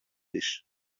της